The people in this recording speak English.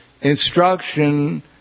instruction